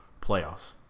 playoffs